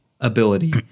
ability